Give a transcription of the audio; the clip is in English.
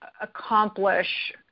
accomplish